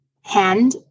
hand